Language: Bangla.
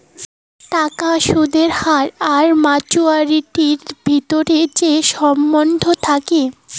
টাকার সুদের হার আর মাচুয়ারিটির ভিতরে যে সম্বন্ধ থাকি